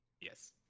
Yes